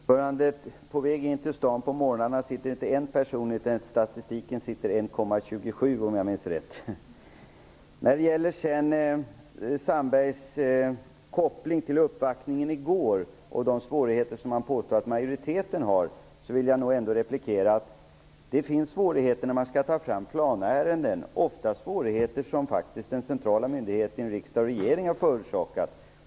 Herr talman! På väg in till stan på morgnarna sitter inte en person per bil; enligt statistiken är det 1,27 om jag minns rätt. När det gäller Jan Sandbergs koppling till uppvaktningen i går och de svårigheter man påstår att majoriteten har vill jag replikera att det finns svårigheter när man skall ta fram planärenden. Ofta är det faktiskt svårigheter som den centrala myndigheten, riksdag och regering, har förorsakat.